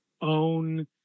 own